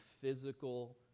physical